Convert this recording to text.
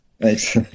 Thanks